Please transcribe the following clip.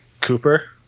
Cooper